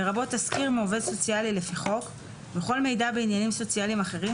לרבות תסקיר מעובד סוציאלי לפי חוק וכל מידע בעניינים סוציאליים אחרים,